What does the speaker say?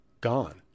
gone